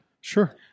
Sure